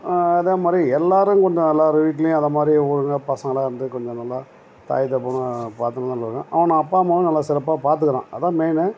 அதே மாதிரி எல்லோரும் கொஞ்சம் எல்லார் வீட்லேயும் அதை மாதிரி ஒழுங்கா பசங்கலாம் வந்து கொஞ்சம் நல்லா தாய் தகப்பனை பார்த்துக்க அவனை அப்பா அம்மாவும் நல்லா சிறப்பாக பார்த்துக்குறான் அதான் மெயின்னு